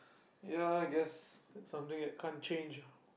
ya I guess that's something that can't change ah